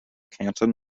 canton